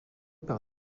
par